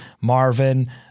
Marvin